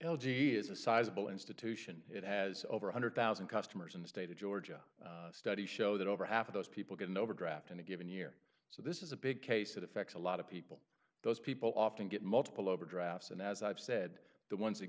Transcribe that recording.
g is a sizeable institution it has over one hundred thousand customers in the state of georgia studies show that over half of those people get an overdraft in a given year so this is a big case it affects a lot of people those people often get multiple overdraft and as i've said the ones that